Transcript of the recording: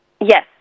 Yes